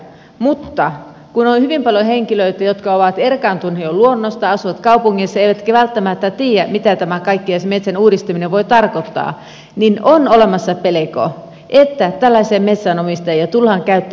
mutta kun on hyvin paljon henkilöitä jotka ovat erkaantuneet jo luonnosta asuvat kaupungissa eivätkä välttämättä tiedä mitä tämä kaikki ja se metsän uudistaminen voi tarkoittaa niin on olemassa pelko että tällaisia metsänomistajia tullaan käyttämään hyväksi